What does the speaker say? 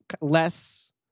less